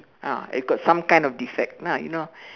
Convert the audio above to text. ah if got some kind of defect lah you know